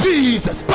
Jesus